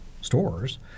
stores